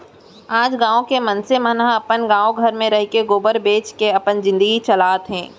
आज गॉँव के मनसे मन ह अपने गॉव घर म रइके गोबर बेंच के अपन जिनगी चलात हें